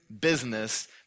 business